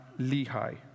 Lehi